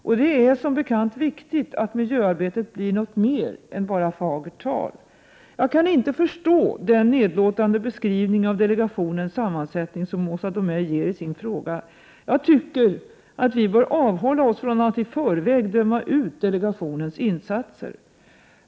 Och det är som bekant viktigt att miljöarbetet blir något mer än bara fagert tal. Jag kan inte förstå den nedlåtande beskrivning av delegationens sammansättning som Åsa Domeij ger i sin fråga. Jag tycker att vi bör avhålla oss från att i förväg döma ut delegationens insatser.